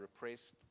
repressed